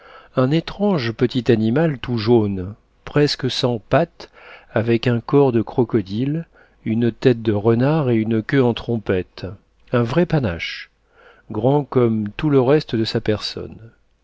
un étrange petit animal tout jaune presque sans pattes avec un corps de crocodile une tête de renard et une queue en trompette un vrai panache grand comme tout le reste de sa personne